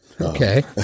Okay